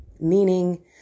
meaning